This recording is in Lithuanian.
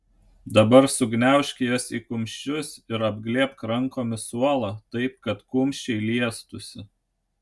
dabar sugniaužk jas į kumščius ir apglėbk rankomis suolą taip kad kumščiai liestųsi